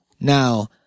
Now